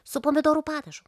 su pomidorų padažu